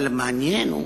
המעניין הוא,